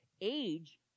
age